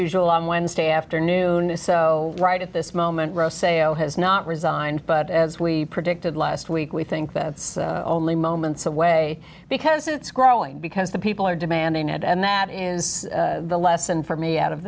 usual on wednesday afternoon is so right at this moment rosales has not resigned but as we predicted last week we think that's only moments away because it's growing because the people are demanding and that is the lesson for me out of